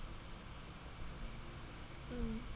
mm